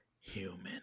human